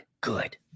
good